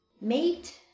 Mate